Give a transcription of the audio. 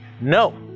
No